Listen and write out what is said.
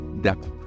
depth